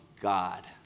God